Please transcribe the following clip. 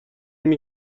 اینه